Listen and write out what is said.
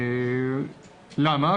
למה?